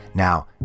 Now